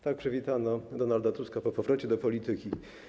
Tak przywitano Donalda Tuska po powrocie do polityki.